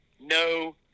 No